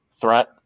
threat